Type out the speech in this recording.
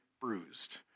bruised